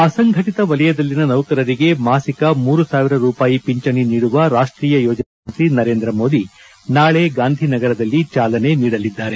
ಅಸಂಘಟಿತ ವಲಯದಲ್ಲಿನ ನೌಕರರಿಗೆ ಮಾಸಿಕ ಮೂರು ಸಾವಿರ ಪಿಂಚಣೆ ನೀಡುವ ರಾಷ್ಷೀಯ ಯೋಜನೆಗೆ ಪ್ರಧಾನಮಂತ್ರಿ ನರೇಂದ್ರ ಮೋದಿ ನಾಳೆ ಗಾಂಧಿನಗರದಲ್ಲಿ ಚಾಲನೆ ನೀಡಲಿದ್ದಾರೆ